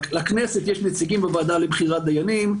לכנסת יש נציגים בוועדה לבחירת דיינים,